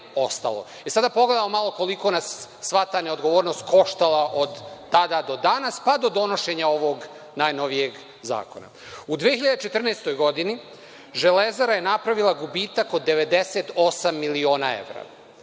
da pogledamo malo koliko nas je sva ta neodgovornost koštala od tada do danas, pa do donošenja ovog najnovijeg zakona. U 2014. godini „Železara“ je napravila gubitak od 98 miliona evra.